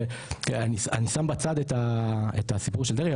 אני שם בצד את הסיפור של דרעי,